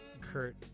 kurt